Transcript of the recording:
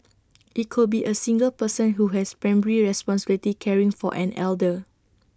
IT could be A single person who has primary responsibility caring for an elder